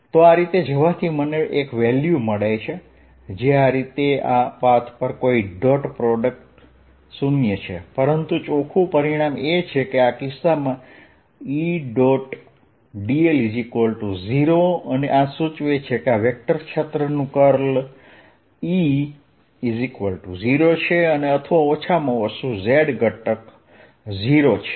તો આ રીતે જવાથી મને એક વેલ્યુ મળશે જે આ રીતે આ પાથ પર કોઈ ડોટ પ્રોડક્ટ શૂન્ય છે પરંતુ ચોખ્ખું પરિણામ એ છે કે આ કિસ્સામાં Edl 0 છે અને આ સૂચવે છે કે આ વેક્ટર ક્ષેત્રનું કર્લ E0છે અથવા ઓછામાં ઓછું z ઘટક 0 છે